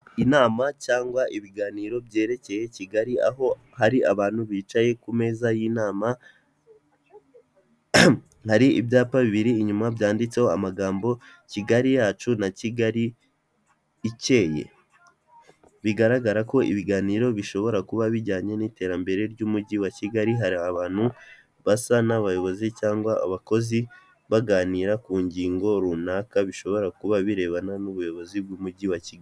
Inama cyangwa ibiganiro byerekeye Kigali aho hari abantu bicaye ku meza y'inama hari ibyapa biribiri inyuma byanditseho amagambo Kigali yacu na Kigali ikeye bigaragara ko ibiganiro bishobora kuba bijyanye n'iterambere ry'umujyi wa Kigali hari abantu basa n'abayobozi cyangwa abakozi baganira ku ngingo runaka bishobora kuba birebana n'ubuyobozi bw'umujyi wa Kigali.